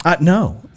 no